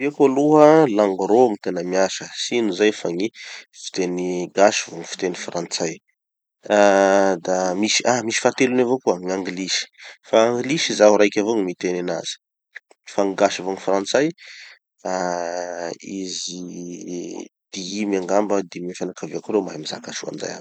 Fianakaviako aloha langues roa gny tena miasa. Tsy ino zay fa gny fiteny gasy vo gny fiteny frantsay. Ah da misy, ah misy fahatelony avao koa, gn'anglisy. Fa anglisy zaho raiky avao gny miteny anazy, fa gny gasy vo gny frantsay ah izy dimy angamba, dimy amy fianakaviako reo mahay mizaka soa anizay aby.